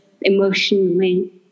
emotionally